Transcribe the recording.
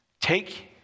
Take